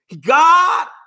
God